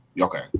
Okay